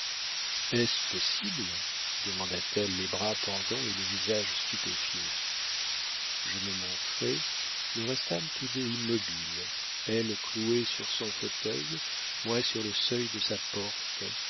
est-ce possible demanda-t-elle les bras pendants et le visage stupéfié je me montrai nous restâmes tous deux immobiles elle clouée sur son fauteuil moi sur le seuil de sa porte